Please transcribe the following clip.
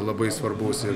labai svarbus ir